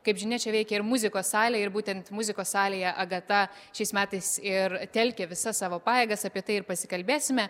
kaip žinia čia veikė ir muzikos salė ir būtent muzikos salėje agata šiais metais ir telkė visas savo pajėgas apie tai ir pasikalbėsime